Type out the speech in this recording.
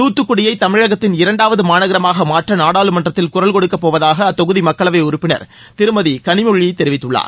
தூத்துக்குடியை தமிழகத்தின் இரண்டாவது மாநகரமாக மாற்ற நாடாளுமன்றத்தில் குரல் கொடுக்கப் போவதாக அத்தொகுதி மக்களவை உறுப்பினர் திருமதி கனிமொழி தெரிவித்துள்ளார்